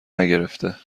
نگرفته